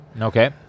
Okay